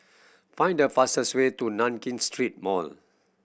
find the fastest way to Nankin Street Mall